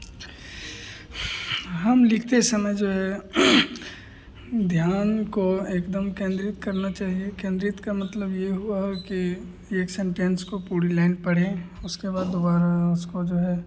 हम लिखते समय जो है ध्यान को एकदम केन्द्रित करना चाहिए केन्द्रित का मतलब यह हुआ कि एक सेंटेंस को पूरी लाइन पढ़े उसके बाद दुबारा उसको जो है